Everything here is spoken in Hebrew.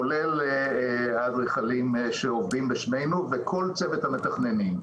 כולל האדריכלים שעובדים בשמנו וכל צוות המתכננים.